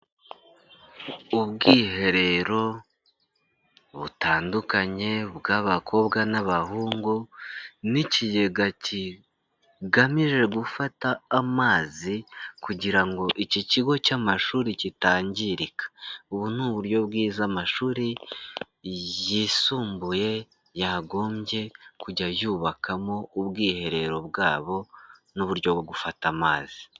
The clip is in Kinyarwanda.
Ubwiherero butandukanye bw'abakobwa n'abahungu n'ikigega kigamije gufata amazi kugira ngo iki kigo cy'amashuri kitangirika, ubu ni uburyo bwiza amashuri yisumbuye yagombye kujya yubakamo ubwiherero bwabo n'uburyo bwo gufata amazi.